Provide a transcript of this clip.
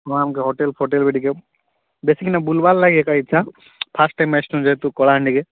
ହଁ ଆମ୍କେ ହୋଟେଲ୍ଫୋଟେଲ୍ ବି ଟିକେ ବେଶୀ କିନା ବୁଲ୍ବାର୍ ଲାଗି ତ ଇଚ୍ଛା ଫାଷ୍ଟ୍ ଟାଇମ୍ ଆସିଛୁ ଯେହେତୁ କଳାହାଣ୍ଡି କି